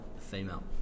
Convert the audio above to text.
female